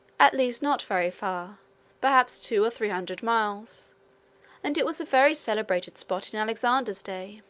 at least not very far perhaps two or three hundred miles and it was a very celebrated spot in alexander's day.